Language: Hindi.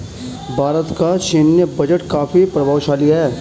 भारत का सैन्य बजट काफी प्रभावशाली है